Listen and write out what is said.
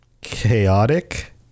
chaotic